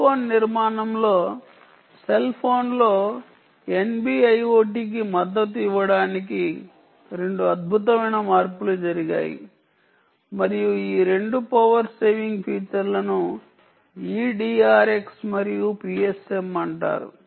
cell phone నిర్మాణంలో cell ఫోన్లో NB IoT కి మద్దతు ఇవ్వడానికి 2 అద్భుతమైన మార్పులు జరిగాయి మరియు ఈ 2 పవర్ సేవింగ్ ఫీచర్లను eDRX మరియు PSM అంటారు